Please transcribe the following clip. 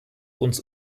und